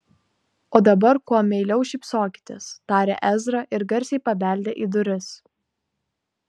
o dabar kuo meiliau šypsokitės tarė ezra ir garsiai pabeldė į duris